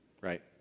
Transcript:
right